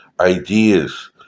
ideas